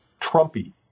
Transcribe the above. Trumpy